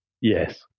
yes